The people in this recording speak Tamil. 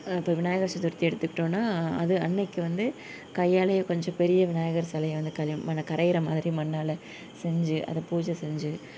இப்போ விநாயகர் சதுர்த்தி எடுத்துக்கிட்டோம்னா அது அன்றைக்கு வந்து கையாலேயே கொஞ்சம் பெரிய விநாயகர் சிலைய வந்து களிமண்ணை கரைகிற மாதிரி மண்ணால் செஞ்சி அதை பூஜை செஞ்சி